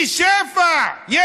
בשפע יש.